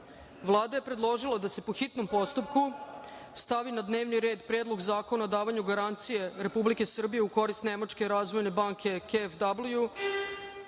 je predložila da se po hitnom postupku stavi na dnevni red Predlog zakona o davanju garancije Republike Srbije u korist Nemačke razvoje banke KFW,